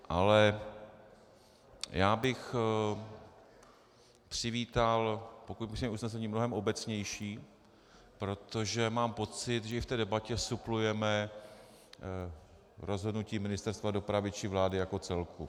Ale já bych přivítal, pokud přijmeme usnesení mnohem obecnější, protože mám pocit, že v té debatě suplujeme rozhodnutí Ministerstva dopravy či vlády jako celku.